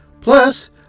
Plus